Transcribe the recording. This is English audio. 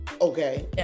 Okay